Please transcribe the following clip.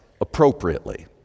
appropriately